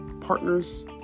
partners